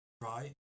Right